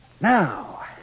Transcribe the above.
Now